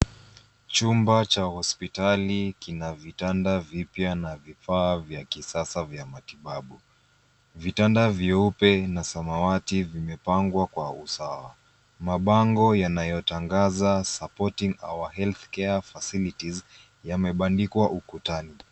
Chumba cha hospitali kina vitanda vipya na vifaa vya kisasa vya matibabu. Vitanda vyeupe na samawati vimepangwa kwa usawa. Mabango yanayotangaza supporting our healthcare facilities yamebandikwa ukutani.